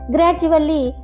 Gradually